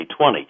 2020